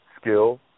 skill